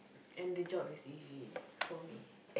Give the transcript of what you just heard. and the job is easy for me